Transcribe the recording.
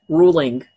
ruling